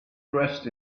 dressed